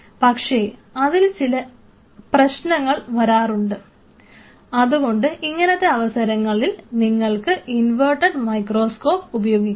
പക്ഷെ അതിൽ ചെറിയ പ്രശ്നങ്ങൾ വരാറുണ്ട് ഉണ്ട് അതുകൊണ്ട് ഇങ്ങനത്തെ അവസരങ്ങളിൽ നിങ്ങൾക്ക് ഇൻവെർട്ടഡ് മൈക്രോസ്കോപ്പ് ഉപയോഗിക്കാം